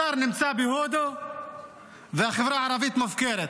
השר נמצא בהודו והחברה הערבית מופקרת.